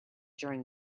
during